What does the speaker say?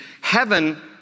heaven